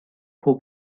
who